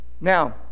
Now